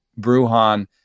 Bruhan